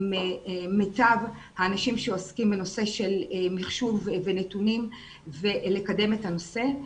מיטב האנשים שעוסקים בנושא של מחשוב ונתונים ולקדם את הנושא.